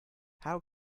how